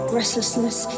restlessness